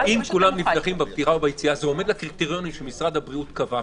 זה עומד בקריטריונים שמשרד הבריאות קבע,